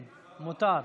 כן, מותר בערבית.